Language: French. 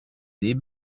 des